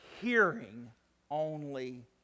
hearing-only